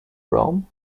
rome